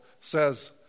says